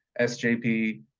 SJP